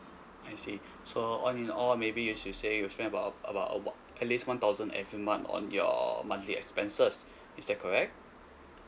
I see so all in all maybe you should say you spend about about abo~ at least one thousand every month on your monthly expenses is that correct